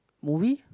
movie